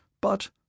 But